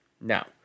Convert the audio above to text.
Now